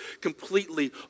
completely